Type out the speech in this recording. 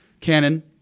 Canon